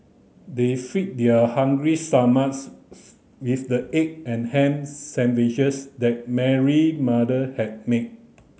they fed their hungry stomachs with the egg and ham sandwiches that Mary mother had made